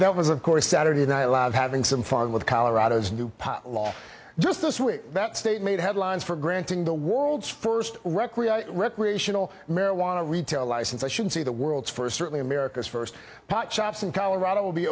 there was of course saturday night live having some fun with colorado's new pot law just this week that state made headlines for granting the world's first recreate recreational marijuana retail license i should say the world's first certainly america's first pot shops in colorado will be